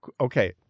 okay